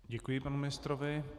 Děkuji panu ministrovi.